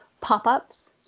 pop-ups